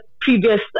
previous